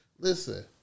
Listen